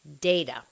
data